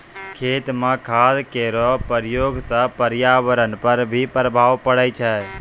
खेत म खाद केरो प्रयोग सँ पर्यावरण पर भी प्रभाव पड़ै छै